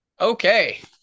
Okay